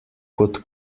kot